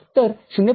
तर०